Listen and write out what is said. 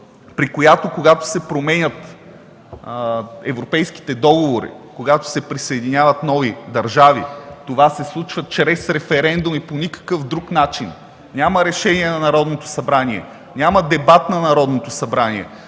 при която, когато се променят европейските договори, когато се присъединяват нови държави, това се случва чрез референдум и по никакъв друг начин – няма решение на Народното събрание, няма дебат на Народното събрание.